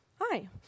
Hi